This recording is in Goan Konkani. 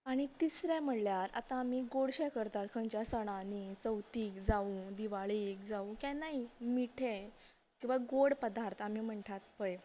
आनी तिसरें म्हळ्यार आतां आमी गोडशें करतात खंयच्या सणांनी चवथीक जावूं दिवाळेक जावूं केन्नाय मीठे किंवां गोड पदार्थ आमी म्हणटात पळय